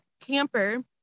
camper